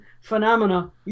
Phenomena